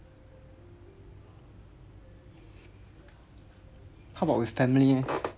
how about with family leh